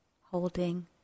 holding